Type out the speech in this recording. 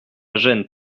gêne